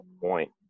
point